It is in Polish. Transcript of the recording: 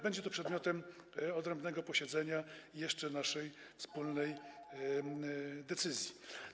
Będzie to przedmiotem odrębnego posiedzenia dotyczącego naszej wspólnej decyzji.